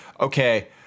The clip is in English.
okay